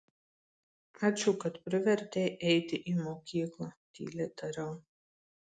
ačiū kad privertei eiti į mokyklą tyliai tariau